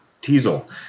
Teasel